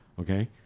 Okay